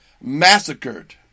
massacred